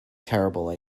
terrible